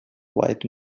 white